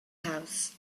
house